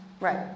Right